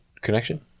connection